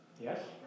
Yes